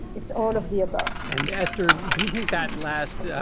it's all of the above and esther, do you do you think that last? yeah